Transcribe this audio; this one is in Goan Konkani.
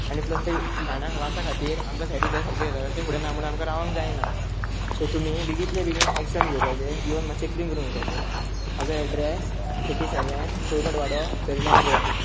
आनी प्लस ते घाणाक वासा खातीर आमकां सायडीच्या सारके घराचे फुड्यान आसा म्हणोन आमकां रावोंक जायना सो तुमी बेगितले बेगीन एक्शन घेवपाचें येवन मातशें क्लिन करून वचपाचें म्हाजो एड्रेस एटी सेवॅन कोळकोट वाडो पेरनेम गोवा